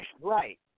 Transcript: Right